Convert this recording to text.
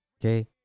Okay